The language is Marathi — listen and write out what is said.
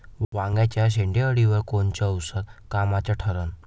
वांग्याच्या शेंडेअळीवर कोनचं औषध कामाचं ठरन?